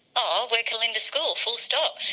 ah like calinda school, full stop.